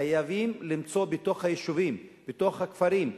חייבים למצוא בתוך היישובים, בתוך הכפרים.